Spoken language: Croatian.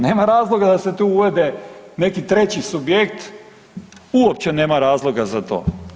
Nema razloga da se tu uvede neki treći subjekt, uopće nema razloga za to.